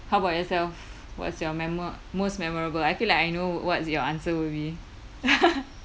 how about yourself what's your memo~ most memorable I feel like I know what's your answer will be